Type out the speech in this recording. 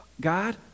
God